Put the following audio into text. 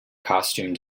costume